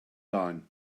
down